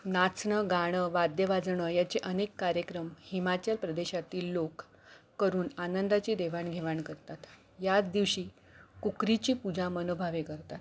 नाचणं गाणं वाद्यवाजणं याचे अनेक कार्यक्रम हिमाचल प्रदेशातील लोक करून आनंदाची देवाणघेवाण करतात याच दिवशी कुकरीची पूजा मनोभावे करतात